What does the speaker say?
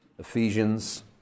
Ephesians